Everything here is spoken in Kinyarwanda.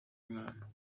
mwana